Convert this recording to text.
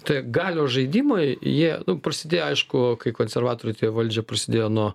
tie galios žaidimai jie prasidėjo aišku kai konservatorių valdžia prasidėjo nuo